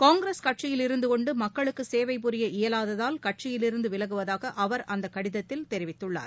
காங்கிரஸ் கட்சியிலிருந்துகொண்டுமக்களுக்குசேவை புரிய இயலாததால் கட்சியிலிருந்துவிலகுவதாகஅவர் அந்தகடிதத்தில் தெரிவித்துள்ளார்